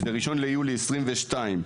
שהיא 1 ביולי 2022,